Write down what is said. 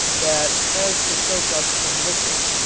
that has to soak up some liquid.